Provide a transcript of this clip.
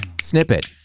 Snippet